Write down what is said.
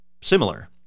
similar